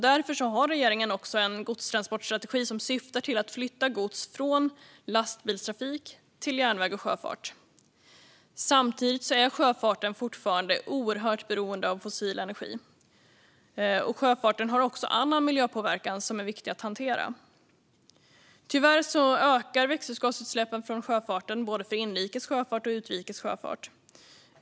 Därför har regeringen en godstransportstrategi som syftar till att flytta gods från lastbilstrafik till järnväg och sjöfart. Samtidigt är sjöfarten fortfarande oerhört beroende av fossil energi. Sjöfarten har även annan miljöpåverkan som är viktig att hantera. Tyvärr ökar växthusgasutsläppen från sjöfarten för både inrikes och utrikes sjöfart.